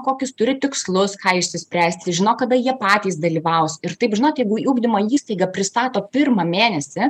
kokius turi tikslus ką išsispręsti žino kada jie patys dalyvaus ir taip žinot jeigu į ugdymo įstaigą pristato pirmą mėnesį